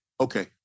Okay